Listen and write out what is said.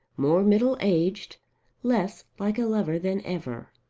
more middle-aged, less like a lover than ever.